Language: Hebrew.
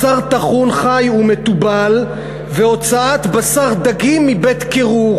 בשר טחון חי ומתובל והוצאת בשר דגים מבית-קירור,